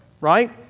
Right